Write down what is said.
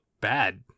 bad